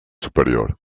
superior